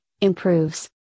improves